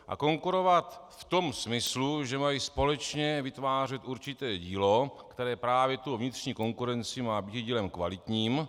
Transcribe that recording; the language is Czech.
A konkurovat v tom smyslu, že mají společně vytvářet určité dílo, které právě tou vnitřní konkurencí má být dílem kvalitním.